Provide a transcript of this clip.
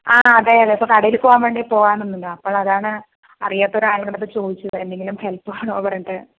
ആ അതെയതെ ഇപ്പോൾ കടയിലേക്ക് പോകാൻ വേണ്ടി പോകാൻ നിന്നതാണ് അപ്പോൾ അതാണ് അറിയാത്ത ഒരാളുടെ അടുത്ത് ചോദിച്ചത് എന്തേലും ഹെല്പ് വേണോ പറഞ്ഞിട്ട്